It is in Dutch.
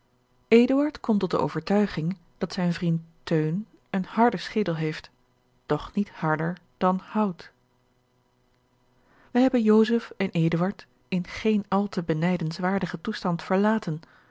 komt tot de overtuiging dat zijn vriend teun een harden schedel heeft doch niet harder dan hout wij hebben joseph en eduard in geen al te benijdenswaardigen toestand verlaten